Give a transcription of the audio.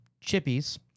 chippies